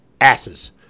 asses